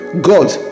God